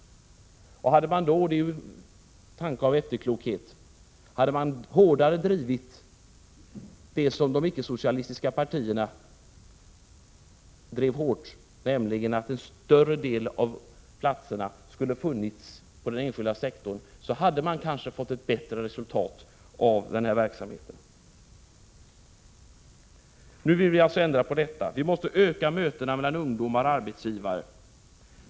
Hade man då, det är en tanke av efterklokhet, hårdare drivit det som de icke-socialistiska partierna drev hårt, nämligen att en större del av platserna skulle ha funnits inom den enskilda sektorn, hade man kanske fått ett bättre resultat av denna verksamhet. Nu vill vi alltså ändra på detta. Vi måste öka mötena mellan ungdomar och arbetsgivare.